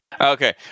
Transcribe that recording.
Okay